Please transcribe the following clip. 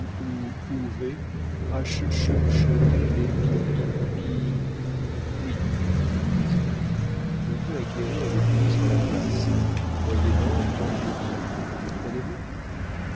les bi bi bi oui dit le président l'on peut acquérir les billets sur la place moyennant tant pour cent comprenez-vous